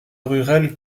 rurale